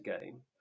game